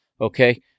Okay